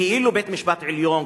כאילו בית-משפט העליון,